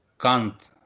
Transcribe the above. Kant